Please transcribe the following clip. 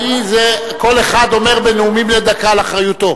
כל אחד אומר בנאומים בני דקה באחריותו.